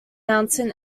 mountain